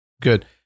Good